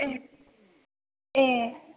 एह एह